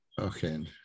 Okay